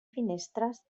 finestres